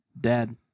dad